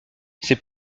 c’est